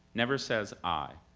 never says i.